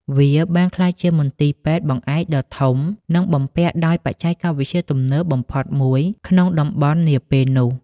វាបានក្លាយជាមន្ទីរពេទ្យបង្អែកដ៏ធំ និងបំពាក់ដោយបច្ចេកវិទ្យាទំនើបបំផុតមួយក្នុងតំបន់ នាពេលនោះ។